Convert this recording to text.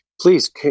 Please